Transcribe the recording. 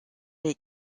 les